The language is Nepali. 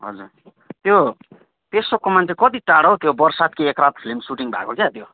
हजुर त्यो पेसोक कमान चाहिँ कति टाढो हो त्यो बरसात की एक रात फिलिम सुटिङ भएको के त्यो